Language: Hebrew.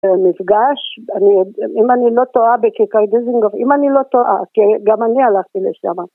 מפגש, אם אני לא טועה בכיכר דיזינגוף, אם אני לא טועה, כי גם אני הלכתי לשם.